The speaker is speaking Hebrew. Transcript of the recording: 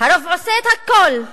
הרוב עושה את הכול.